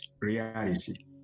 reality